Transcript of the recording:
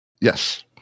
Yes